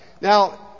Now